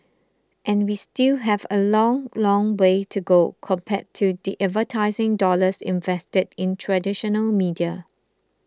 and we still have a long long way to go compared to the advertising dollars invested in traditional media